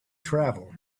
travel